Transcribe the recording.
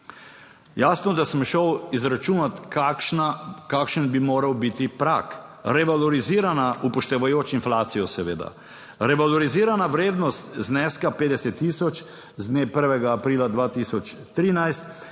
Jasno, da sem šel izračunati kakšna, kakšen bi moral biti prag revalorizirana upoštevajoč inflacijo seveda, revalorizirana vrednost zneska 50 tisoč z dne 1. aprila 2013